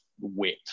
wet